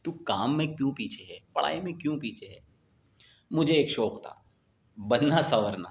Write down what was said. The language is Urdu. تو کام میں کیوں پیچھے ہے پڑھائی میں کیوں پیچھے ہے مجھے ایک شوق تھا بننا سنورنا